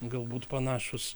galbūt panašūs